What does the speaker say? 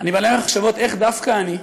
אני מלא במחשבות איך דווקא אני,